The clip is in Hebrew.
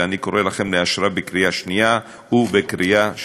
ואני קורא לכם לאשרה בקריאה שנייה ובקריאה שלישית.